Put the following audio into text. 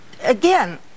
Again